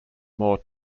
more